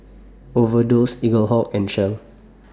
Overdose Eaglehawk and Shell